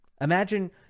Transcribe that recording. Imagine